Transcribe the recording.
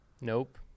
Nope